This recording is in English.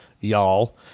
y'all